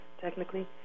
technically